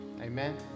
Amen